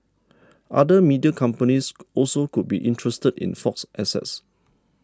other media companies also could be interested in Fox's assets